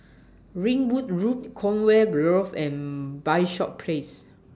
Ringwood Road Conway Grove and Bishops Place